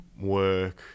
work